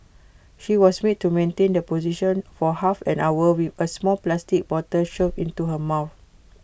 she was made to maintain the position for half an hour with A small plastic bottle shoved into her mouth